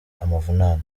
amavunane